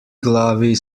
glavi